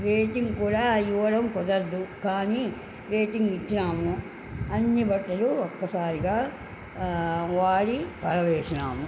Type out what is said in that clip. rating కూడా ఇవ్వడం కుదరదు కానీ రేటింగ్ ఇచ్చినాము అన్ని బట్టలు ఒక్కసారిగా వాడి పారవేసినాము